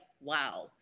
wow